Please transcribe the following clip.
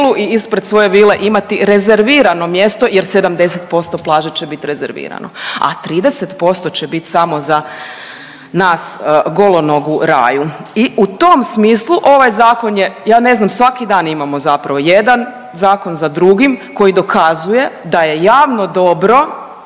i ispred svoje vile imati rezervirano mjesto jer 70% plaže će biti rezervirano, a 30% će biti samo za nas golonogu raju i u tom smislu ovaj Zakon je, ja ne znam, svaki dan imamo zapravo jedan zakon za drugim koji dokazuje da je javno dobro